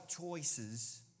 choices